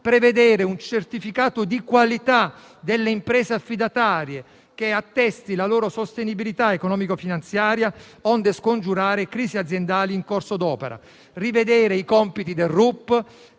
prevedere un certificato di qualità delle imprese affidatarie, che attesti la loro sostenibilità economico-finanziaria, onde scongiurare crisi aziendali in corso d'opera, rivedere i compiti del